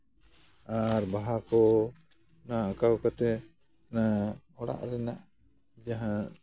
ᱟᱨ ᱵᱟᱦᱟ ᱠᱚ ᱚᱱᱟ ᱟᱸᱠᱟᱣ ᱠᱟᱛᱮ ᱚᱱᱟ ᱚᱲᱟᱜ ᱨᱮᱱᱟᱜ ᱡᱟᱦᱟᱸ